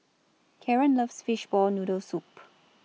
Karen loves Fishball Noodle Soup